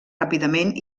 ràpidament